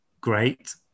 great